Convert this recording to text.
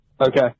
Okay